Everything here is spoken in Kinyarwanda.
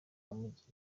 amugira